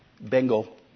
Bengal